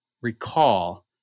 recall